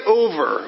over